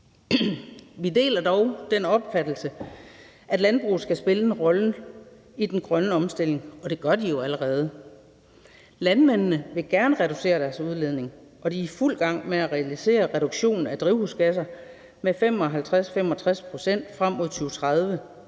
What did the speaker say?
Vi deler dog den opfattelse, at landbruget skal spille en rolle i den grønne omstilling, og det gør det jo allerede. Landmændene vil gerne reducere deres udledning, og de er i fuld gang med at realisere reduktionen af drivhusgasser med 55-65 pct. frem mod 2030,